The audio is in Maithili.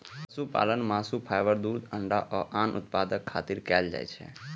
पशुपालन मासु, फाइबर, दूध, अंडा आ आन उत्पादक खातिर कैल जाइ छै